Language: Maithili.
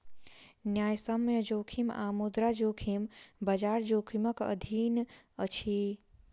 न्यायसम्य जोखिम आ मुद्रा जोखिम, बजार जोखिमक अधीन अछि